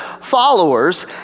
followers